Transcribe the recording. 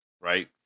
right